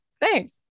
Thanks